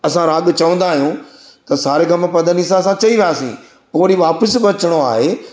असां राॻ चवंदा आहियूं त सा रे ग म प ध नि सा असां चईंदासीं ओ वरी वापसि बि अचिणो आहे